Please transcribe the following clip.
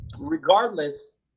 regardless